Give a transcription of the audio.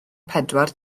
pedwar